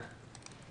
גמור.